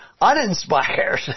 uninspired